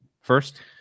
first